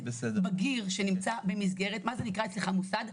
בגיר שנמצא במסגרת, מה זה נקרא אצלך מוסד?